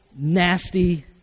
nasty